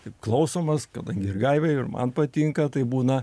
taip klausomas kadangi ir gaivai ir man patinka tai būna